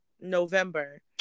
November